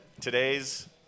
today's